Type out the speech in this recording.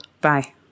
Bye